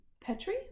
Petri